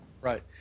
Right